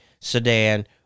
sedan